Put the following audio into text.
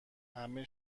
همه